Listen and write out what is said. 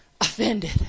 offended